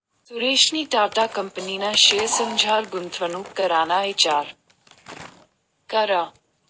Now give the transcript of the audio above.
सुरेशनी टाटा कंपनीना शेअर्समझार गुंतवणूक कराना इचार करा